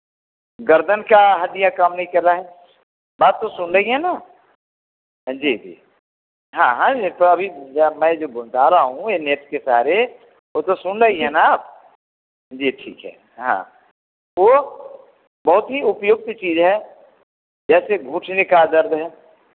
गर्दन का हड्डियाँ काम नहीं कर रहा है बात तो सुन रही हैं ना हाँ जी जी हाँ हाँ यह तो अभी जो रहा हूँ यह नेट के सारे वह तो सुन रही हैं ना आप जी ठीक है हाँ वह बहुत की उपयुक्त चीज़ है जैसे घुटने का दर्द है